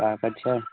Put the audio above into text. کاغذ چھا